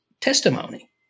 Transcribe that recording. testimony